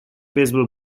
baseball